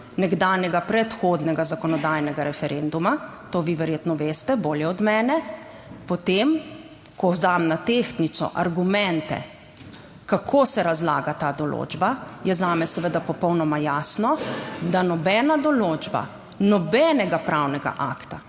nekdanjega predhodnega zakonodajnega referenduma, to vi verjetno veste bolje od mene, potem ko dam na tehtnico argumente, kako se razlaga ta določba, je zame seveda popolnoma jasno, da nobena določba nobenega pravnega akta